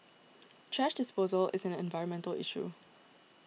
thrash disposal is an environmental issue